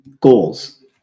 goals